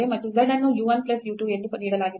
ಮತ್ತು z ಅನ್ನು u 1 plus u 2 ಎಂದು ನೀಡಲಾಗಿದೆ